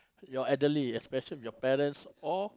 your elderly especially parents or